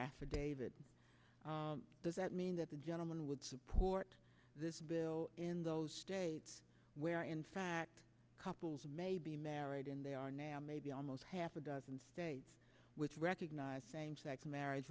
affidavit does that mean that the gentleman would support this bill in those states where in fact couples may be married and they are now almost half a dozen states which recognize same sex marriage